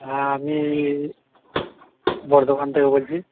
হ্যাঁ আমি বর্ধমান থেকে বলছি